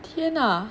天啊